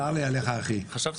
הישיבה ננעלה בשעה 15:56.